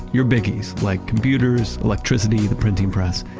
your biggies like computers, electricity, the printing press.